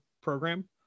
program